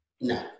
no